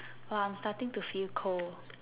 [Wah] I'm starting to feel cold